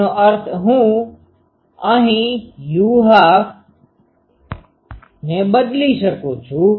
એનો અર્થ હું અહી u12ને બદલી શકું છુ